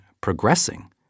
progressing